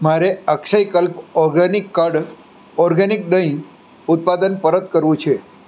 મારે Akshayakalp organic curd organic દહીં ઉત્પાદન પરત કરવું છે